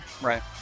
Right